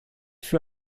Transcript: für